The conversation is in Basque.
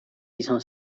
izan